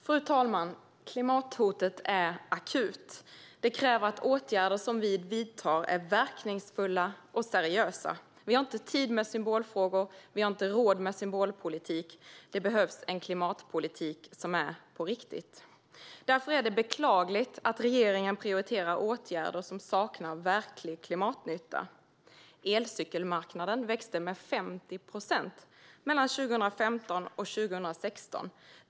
Fru talman! Klimathotet är akut. Det kräver att de åtgärder som vi vidtar är verkningsfulla och seriösa. Vi har inte tid med symbolfrågor, och vi har inte råd med symbolpolitik. Det behövs en klimatpolitik som är på riktigt. Därför är det beklagligt att regeringen prioriterar åtgärder som saknar verklig klimatnytta. Elcykelmarknaden växte med 50 procent mellan 2015 och 2016.